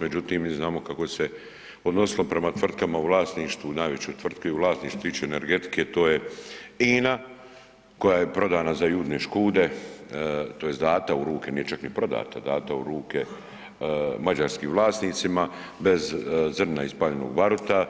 Međutim, mi znamo kako je se odnosilo prema tvrtkama u vlasništvu, najvećoj tvrtki u vlasništvu što se tiče energetike, to je INA koja je prodana za Judine škude tj. data u ruke, nije čak ni prodato, dato u ruke mađarskim vlasnicima bez zrna ispaljenog baruta